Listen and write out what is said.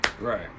right